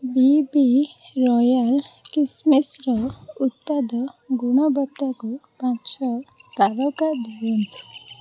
ବି B Royal କିସ୍ମିସ୍ର ଉତ୍ପାଦ ଗୁଣବତ୍ତାକୁ ପାଞ୍ଚ ତାରକା ଦିଅନ୍ତୁ